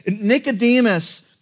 Nicodemus